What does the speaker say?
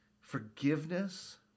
Forgiveness